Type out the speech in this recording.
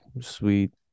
sweet